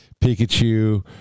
Pikachu